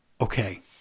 Okay